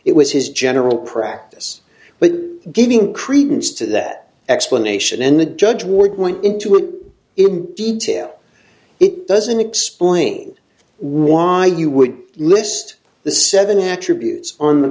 it was his general practice but giving credence to that explanation and the judge were going into it him detail it doesn't explain why you would list the seven attributes on the